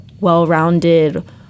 well-rounded